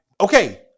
okay